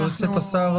יועצת השר,